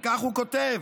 וכך הוא כותב: